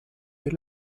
per